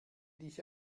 dich